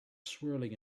swirling